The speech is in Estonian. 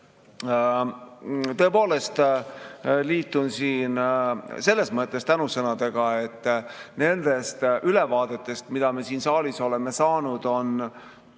Tõepoolest, liitun siin selles mõttes tänusõnadega, et nendest ülevaadetest, mis me siin saalis oleme saanud, oli